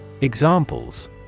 Examples